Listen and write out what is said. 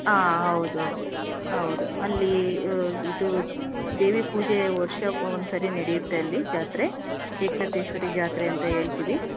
ಹಾಂ ಹೌದು ಹೌದು ಹೌದು ಅಲ್ಲಿ ಇದು ದೇವಿ ಪೂಜೆ ವರ್ಷಕ್ಕೆ ಒಂದು ಸರಿ ನಡಿಯುತ್ತಲ್ಲಿ ಜಾತ್ರೆ ಏಕನಾಥೇಶ್ವರಿ ಜಾತ್ರೆ ಅಂತ ಹೇಳ್ತೀವಿ